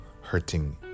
hurting